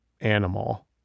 animal